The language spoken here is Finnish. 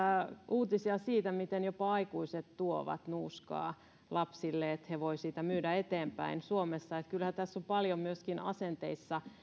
uutisia muun muassa siitä miten jopa aikuiset tuovat nuuskaa lapsille jotta nämä voivat sitä myydä eteenpäin suomessa niin että kyllähän tässä on paljon asenteissa